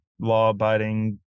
law-abiding